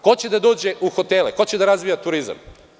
Ko će da dođe u hotele, ko će da razvija turizam?